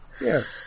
Yes